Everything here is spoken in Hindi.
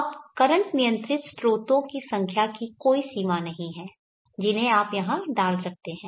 अब करंट नियंत्रित स्रोतों की संख्या की कोई सीमा नहीं है जिन्हें आप यहां डाल सकते हैं